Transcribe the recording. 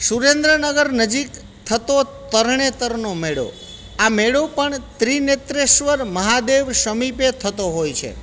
સુરેન્દ્રનગર નજીક થતો તરણેતરનો મેળો આ મેળો પણ ત્રીનેત્રેશ્વર મહાદેવ સમીપે થતો હોય છે